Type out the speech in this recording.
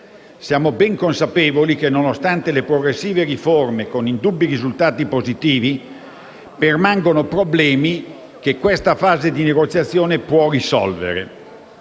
Siamo ben consapevoli che, nonostante le progressive riforme con indubbi risultati positivi, permangono problemi che questa fase di negoziazione può risolvere.